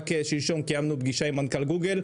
רק שלשום קיימנו פגישה עם מנכ"ל גוגל,